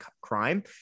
crime